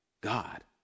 God